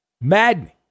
Maddening